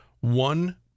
One